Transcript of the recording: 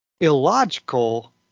illogical